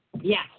Yes